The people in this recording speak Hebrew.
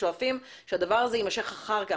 שואפים שהדבר הזה יימשך אחר כך.